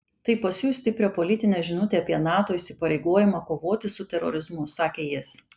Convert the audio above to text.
tai pasiųs stiprią politinę žinutę apie nato įsipareigojimą kovoti su terorizmu sakė jis